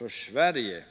mot Sverige.